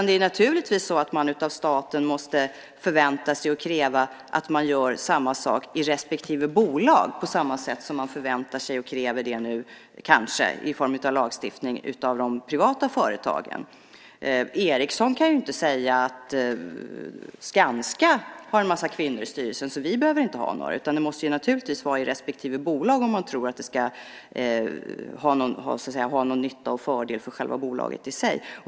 Det är naturligtvis så att man måste förvänta sig och kräva att staten gör samma sak i respektive bolag, på samma sätt som man förväntar sig och kräver det nu - kanske - i form av lagstiftning av de privata företagen. Ericsson kan ju inte säga: Skanska har en massa kvinnor i styrelsen, så vi behöver inte ha några! Det måste gälla i respektive bolag om man tror att det ska vara till någon nytta och fördel för själva bolaget i sig.